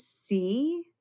see